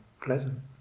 pleasant